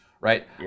right